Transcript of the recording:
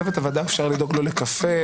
צוות הוועדה, אפשר לדאוג לו לקפה?